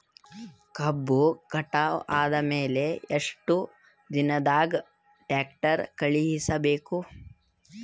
ಕಬ್ಬು ಕಟಾವ ಆದ ಮ್ಯಾಲೆ ಎಷ್ಟು ದಿನದಾಗ ಫ್ಯಾಕ್ಟರಿ ಕಳುಹಿಸಬೇಕು?